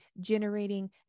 generating